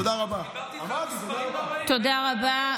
תודה רבה.